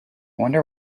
wonder